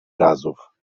razów